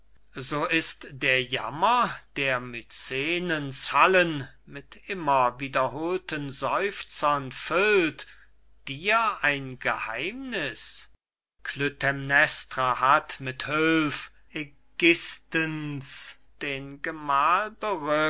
so ist der jammer der mycenens hallen mit immer wiederholten seufzern füllt dir ein geheimniß klytämnestra hat mit hülf ägisthens den gemahl